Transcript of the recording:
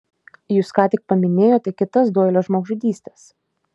jūs ką tik paminėjote kitas doilio žmogžudystes